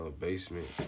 basement